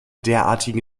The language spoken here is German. derartigen